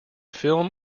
film